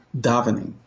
davening